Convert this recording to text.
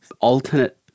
alternate